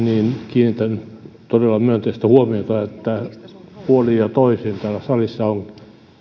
kiinnitän todella myönteistä huomiota siihen että puolin ja toisin täällä salissa on